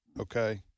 okay